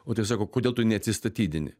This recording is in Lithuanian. o tai sako kodėl tu neatsistatydinti